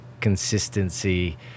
consistency